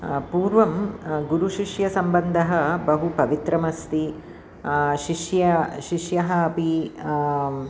पूर्वं गुरुशिष्यसम्बन्धः बहु पवित्रमस्ति शिष्यः शिष्यः अपि